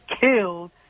killed